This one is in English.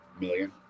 million